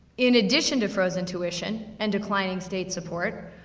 in addition to frozen tuition, and declining state support,